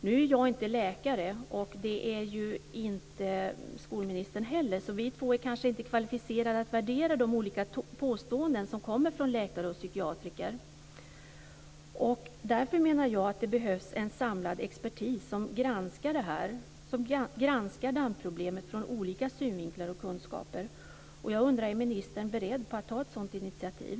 Nu är jag inte läkare, och det är ju inte skolministern heller, så vi två är kanske inte kvalificerade att värdera de olika påståenden som kommer från läkare och psykiatriker. Därför menar jag att det behövs en samlad expertis som granskar det här, som granskar DAMP-problemet utifrån olika synvinklar och kunskaper. Jag undrar: Är ministern beredd att ta ett sådant initiativ?